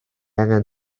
angen